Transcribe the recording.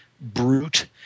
brute